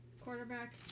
Quarterback